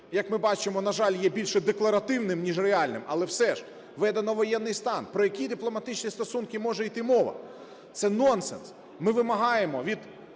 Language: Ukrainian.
як ми бачимо, на жаль, є більше декларативним, ніж реальним. Але все ж введено воєнний стан. Про які дипломатичні стосунки може йти мова? Це нонсенс. Ми вимагаємо від